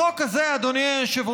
החוק הזה, אדוני היושב-ראש,